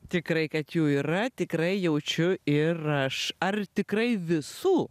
tikrai kad jų yra tikrai jaučiu ir aš ar tikrai visų